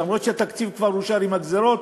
אף-על-פי שהתקציב כבר אושר עם הגזירות,